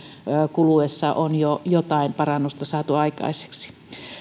kuluessa on jo jotain parannusta saatu aikaiseksi